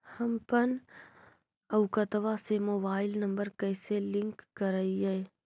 हमपन अकौउतवा से मोबाईल नंबर कैसे लिंक करैइय?